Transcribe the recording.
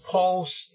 Paul's